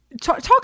Talk